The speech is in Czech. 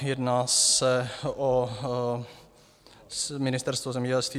Jedná se o Ministerstvo zemědělství.